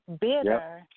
bitter